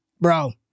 bro